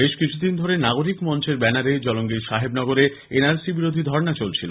বেশ কিছুদিন ধরে নাগরিক মঞ্চের ব্যানারে জলঙ্গীর সাহেবনগরে এনআরসি বিরোধী ধর্না চলছিলো